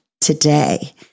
today